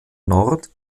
nord